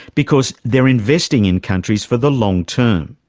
because they're investing in countries for the long term,